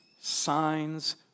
signs